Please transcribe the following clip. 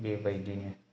बेबायदिनो